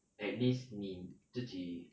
at least 你自己